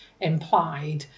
implied